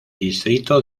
distrito